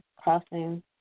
crossing